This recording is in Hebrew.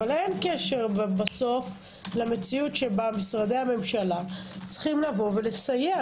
אבל אין קשר בסוף למציאות שבה משרדי הממשלה צריכים לסייע.